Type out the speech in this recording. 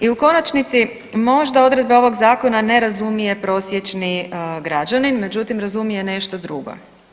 I u konačnici možda odredbe ovog zakona ne razumije prosječni građanin, međutim razumije nešto drugo.